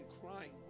crying